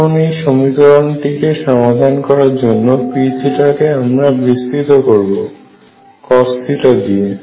এখন এই সমীকরণ টি কে সমাধান করার জন্য P কে আমরা বিস্তৃত করব cos দিয়ে